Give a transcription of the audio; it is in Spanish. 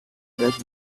eras